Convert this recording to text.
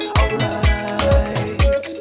alright